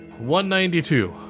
192